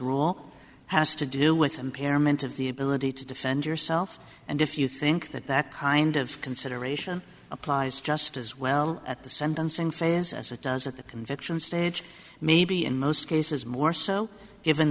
rule has to do with impairment of the ability to defend yourself and if you think that that kind of consideration applies just as well at the sentencing phase as it does at the conviction stage maybe in most cases more so given